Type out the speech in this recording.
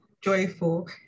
joyful